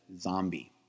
Zombie